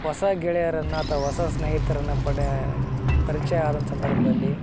ಹೊಸ ಗೆಳೆಯರನ್ನು ಅಥವಾ ಹೊಸ ಸ್ನೇಹಿತರನ್ನು ಪಡೆ ಪರ್ಚಯ ಆದಂಥ ಸಂದರ್ಭದಲ್ಲಿ